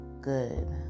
Good